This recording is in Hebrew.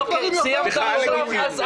הן בכלל לא לגיטימיות.